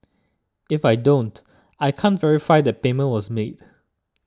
if I don't I can't verify that payment was made